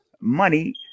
money